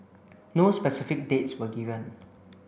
no specific dates were given